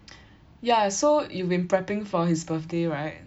ya so you've been prepping for his birthday right